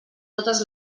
totes